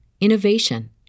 innovation